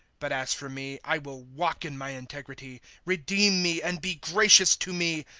but as for me, i will walk in my integrity redeem me, and be gracious to me.